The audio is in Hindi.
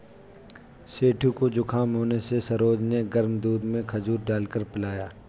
सेठू को जुखाम होने से सरोज ने गर्म दूध में खजूर डालकर पिलाया